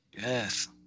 Yes